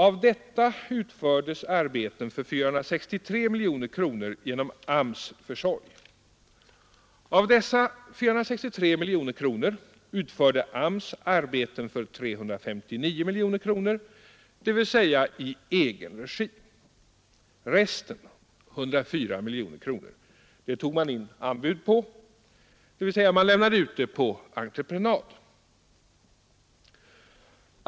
Av denna totala volym utfördes arbeten för 463 miljoner kronor genom arbetsmarknadsstyrelsens försorg.” Av dessa 463 miljoner kronor utförde AMS arbeten för 359 miljoner kronor i egen regi. Resten, 104 miljoner kronor, tog man in anbud på, dvs. lämnade ut det på entreprenad.